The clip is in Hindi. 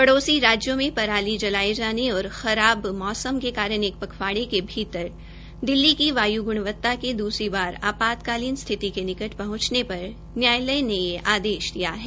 पड़ोसी राज्यों में पराली जलाये जाने और खराब मौसम के कारण एक पखवाड़े के भीतर दिल्ली की वाय् ग्णवता के द्रसरी बार आपात्तकालीन स्थिति के निकट पहंचे पर न्यायालय ने यह आदेश दिया है